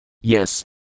Yes